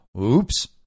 oops